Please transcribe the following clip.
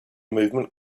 movement